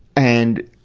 and,